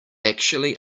actually